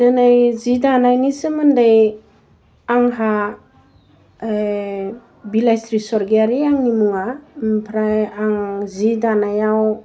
दिनै जि दानायनि सोमोन्दै आंहा बिलाइस्रि सरगयारि आंनि मुङा ओमफ्राय आं जि दानायाव